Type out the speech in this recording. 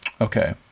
Okay